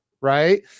right